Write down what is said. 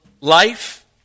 life